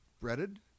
Breaded